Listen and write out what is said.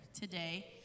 today